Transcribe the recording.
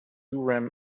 urim